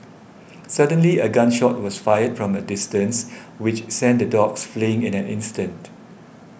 suddenly a gun shot was fired from a distance which sent the dogs fleeing in an instant